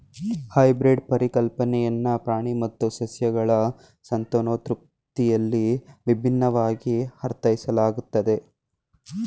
hybrid ಪರಿಕಲ್ಪನೆಯನ್ನ ಪ್ರಾಣಿ ಮತ್ತು ಸಸ್ಯಗಳ ಸಂತಾನೋತ್ಪತ್ತಿಯಲ್ಲಿ ವಿಭಿನ್ನವಾಗಿ ಅರ್ಥೈಸಲಾಗುತ್ತೆ